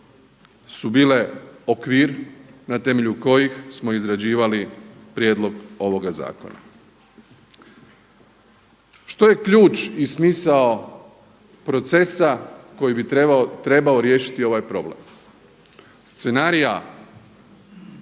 su bile okvir na temelju kojih smo izrađivali prijedlog ovoga zakona. Što je ključ i smisao procesa koji bi trebao riješiti ovaj problem? Scenarij